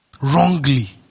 wrongly